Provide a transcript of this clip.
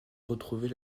retrouver